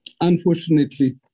Unfortunately